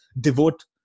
devote